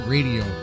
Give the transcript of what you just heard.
Radio